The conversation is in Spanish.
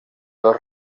los